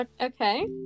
Okay